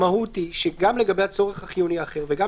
המהות היא שגם לגבי הצורך החיוני האחר וגם